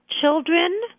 children